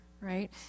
right